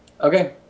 Okay